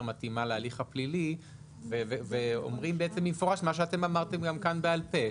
מתאימה להליך הפלילי ואומרים במפורש מה שאתם אמרתם גם כאן בעל פה,